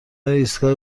ایستگاه